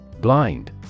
Blind